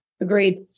Agreed